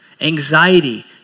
anxiety